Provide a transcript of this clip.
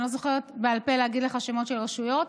אני לא זוכרת בעל פה להגיד לך שמות של רשויות.